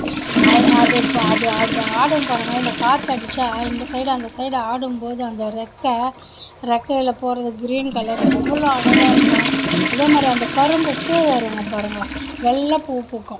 அது அது இப்போ அது அது ஆடும் பாருங்க இந்த காற்று அடித்தா இந்த சைடு அந்த சைடு ஆடும்போது அந்த ரெக்கை ரெக்கையில் போவது கிரீன் கலரு அவ்வளோ அழகாக இருக்கும் அதே மாதிரி அந்த கரும்பு பூ வருங்க பாருங்க வெள்ளை பூ பூக்கும்